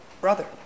brother